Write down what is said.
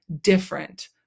different